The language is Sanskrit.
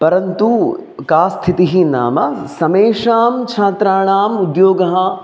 परन्तु का स्थितिः नाम समेषां छात्राणाम् उद्योगः